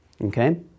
Okay